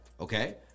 Okay